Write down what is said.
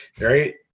right